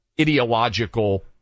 ideological